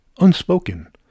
unspoken